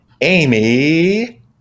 amy